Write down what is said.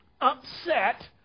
upset